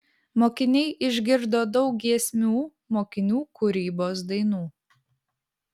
mokiniai išgirdo daug giesmių mokinių kūrybos dainų